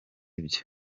ibyo